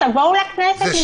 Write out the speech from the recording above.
תבואו לכנסת לפני.